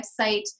website